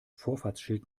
vorfahrtsschild